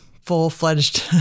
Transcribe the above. full-fledged